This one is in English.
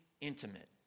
intimate